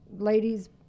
ladies